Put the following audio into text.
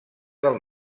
del